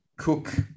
Cook